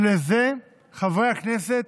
ולזה, חברי הכנסת,